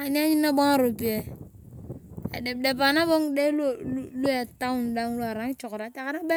Ani ranyuni nabo ngaropiyae edepdepaa nabo ngele luetan leu arai ngichokorae atayaka nab o